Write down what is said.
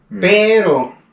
Pero